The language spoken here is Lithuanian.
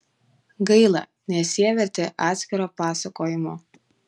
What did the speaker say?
gaila nes jie verti atskiro pasakojimo